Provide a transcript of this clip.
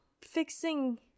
fixing